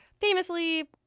famously